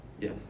Yes